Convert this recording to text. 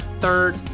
third